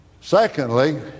Secondly